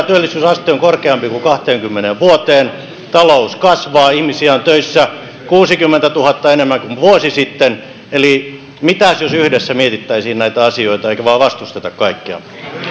työllisyysaste on korkeampi kuin kahteenkymmeneen vuoteen talous kasvaa ihmisiä on töissä kuudenkymmenentuhannen enemmän kuin vuosi sitten eli mitäs jos yhdessä mietittäisiin näitä asioita eikä vain vastusteta kaikkea